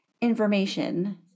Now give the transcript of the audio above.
information